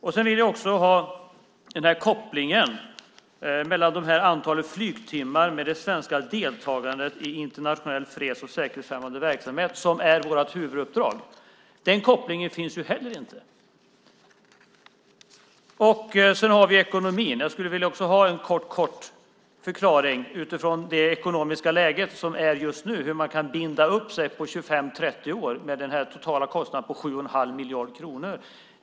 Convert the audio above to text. Det finns heller ingen koppling mellan antalet flygtimmar och det svenska deltagandet i internationell freds och säkerhetsfrämjande verksamhet, som är vårt huvuduppdrag. Jag skulle också vilja ha en kort förklaring, utifrån det ekonomiska läget just nu, till hur man kan binda upp sig 25-30 år för en total kostnad på 7 1⁄2 miljard kronor.